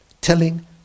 Telling